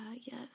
yes